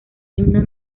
himno